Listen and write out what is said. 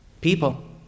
people